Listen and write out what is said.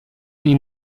nei